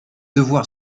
devoir